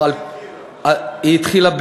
מתי היא התחילה?